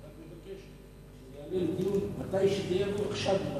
אני רק מבקש שזה יעלה לדיון כאשר זה יבוא.